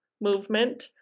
movement